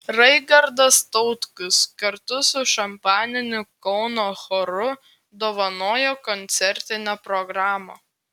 raigardas tautkus kartu su šampaniniu kauno choru dovanojo koncertinę programą